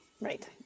Right